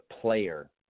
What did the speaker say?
player